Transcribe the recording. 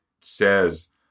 says